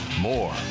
more